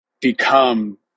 become